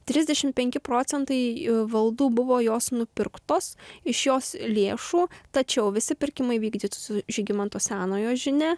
trisdešimt penki procentai valdų buvo jos nupirktos iš jos lėšų tačiau visi pirkimai vykdyti su žygimanto senojo žinia